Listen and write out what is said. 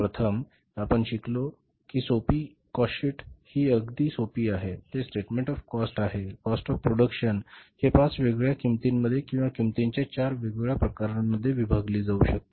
प्रथम आपण शिकलो की पहिली सोपी काॅस्ट शीट हि अगदी सोपी आहे की ते स्टेटमेंट ऑफ काॅस्ट आहे काॅस्ट ऑफ प्रोडक्शन हे पाच वेगवेगळ्या किंमतींमध्ये किंवा किंमतीच्या चार वेगवेगळ्या प्रकारांमध्ये विभागले जाऊ शकते